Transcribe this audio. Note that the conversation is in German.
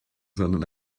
sondern